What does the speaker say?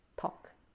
talk